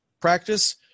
practice